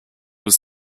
was